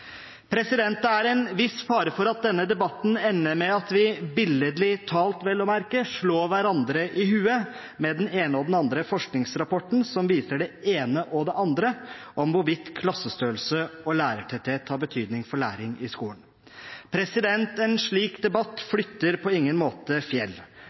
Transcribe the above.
Det er en viss fare for at denne debatten ender med at vi – billedlig talt, vel å merke – slår hverandre i hodet med den ene og den andre forskningsrapporten som viser det ene og det andre om hvorvidt klassestørrelse og lærertetthet har betydning for læring i skolen. En slik debatt flytter på ingen måte fjell.